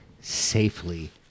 safely